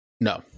No